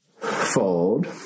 Fold